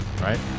Right